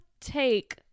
take